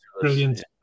brilliant